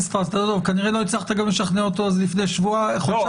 כנראה לא הצלחת לשכנע אותו גם לפני חודשיים.